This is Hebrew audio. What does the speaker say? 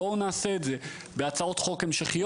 בואו נעשה את זה בהצעות חוק המשכיות.